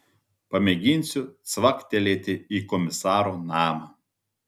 pamėginsiu cvaktelėti į komisaro namą